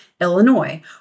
Illinois